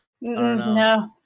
No